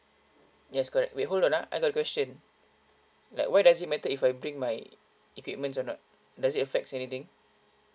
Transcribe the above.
yes correct wait hold on ah I got a question like why does it matter if I bring my equipments or not does it affects anything